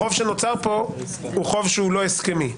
החוב שנוצר פה הוא חוב שהוא לא הסכמי.